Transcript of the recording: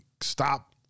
Stop